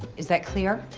is that clear?